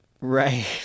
Right